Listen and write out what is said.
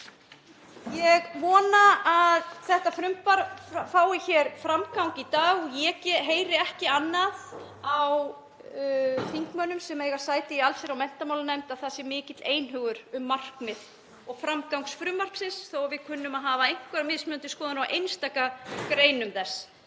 Ég vona að þetta frumvarp fái hér framgang í dag og ég heyri ekki annað á þingmönnum sem eiga sæti í allsherjar- og menntamálanefnd en að það sé mikill einhugur um markmið og framgangs frumvarpsins þó að við kunnum að hafa einhverjar mismunandi skoðanir á einstaka greinum þess.